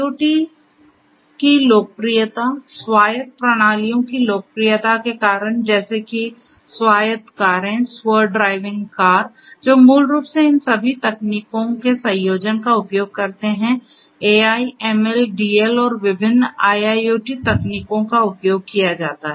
IoT की लोकप्रियता स्वायत्त प्रणालियों की लोकप्रियता के कारण जैसे कि स्वायत्त कारें स्व ड्राइविंग कार जो मूल रूप से इन सभी तकनीकों के संयोजन का उपयोग करते हैं AI ML DL और विभिन्न IIoT तकनीकों का उपयोग किया जाता है